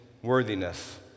worthiness